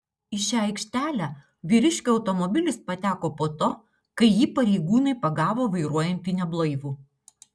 į šią aikštelę vyriškio automobilis pateko po to kai jį pareigūnai pagavo vairuojantį neblaivų